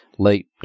late